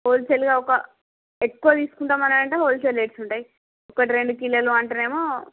whole cell గా ఒక ఎక్కువ తీసుకుంటాం అని అంటే హోల్ సెల్ రేట్స్ ఉంటాయి ఒకటి రెండు కిలోలు అంటేనేమో